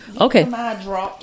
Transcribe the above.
Okay